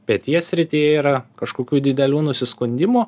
peties srityje yra kažkokių didelių nusiskundimų